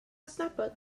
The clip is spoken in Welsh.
adnabod